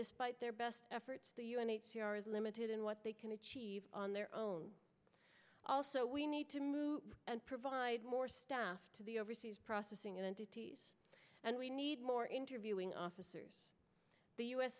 despite their best efforts the u n h c r is limited in what they can achieve on their own also we need to move and provide more staff to the overseas processing entities and we need more interviewing officers the u s